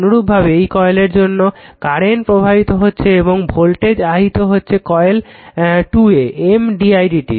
অনুরূপভাবে এই কয়েলের জন্য I কারেন্ট প্রবাহিত হচ্ছে ও ভোল্টেজ আহিত হচ্ছে কয়েল 2 এ M didt